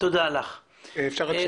שאלה נקודתית